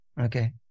Okay